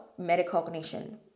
metacognition